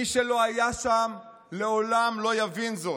מי שלא היה שם לעולם לא יבין זאת.